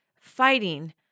fighting